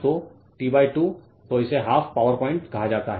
तो t 2 तो इसे 12 पावर पॉइंट कहा जाता है